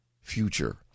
future